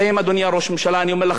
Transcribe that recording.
קדימה תומכת בערוץ-10,